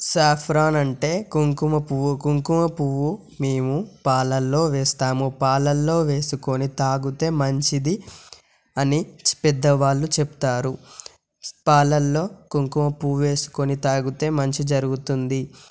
saffron అంటే కుంకుమపువ్వు కుంకుమపువ్వు మేము పాలలో వేస్తాము పాలలో వేసుకొని తాగితే మంచిది అని పెద్ద వాళ్ళు చెప్తారు పాలలో కుంకుమపువ్వు వేసుకొని తాగితే మంచి జరుగుతుంది